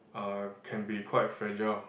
uh can be quite fragile